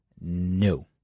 No